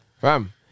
fam